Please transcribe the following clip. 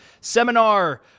seminar